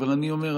אבל אני אומר,